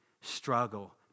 struggle